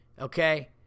Okay